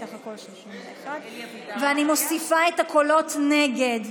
אני מוסיפה את הקולות נגד,